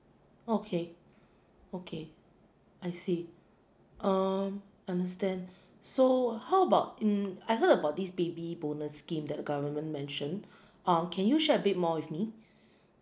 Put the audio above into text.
okay okay I see um understand so how about mm I heard about this baby bonus scheme that the government mentioned um can you share a bit more with me